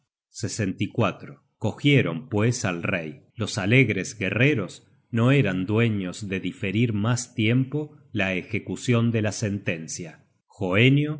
perseguirian sin cesar cogieron pues al rey los alegres guerreros no eran dueños de diferir mas tiempo la ejecucion de la sentencia